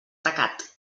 tacat